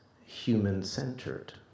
human-centered